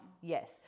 Yes